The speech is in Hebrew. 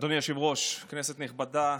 אדוני היושב-ראש, כנסת נכבדה,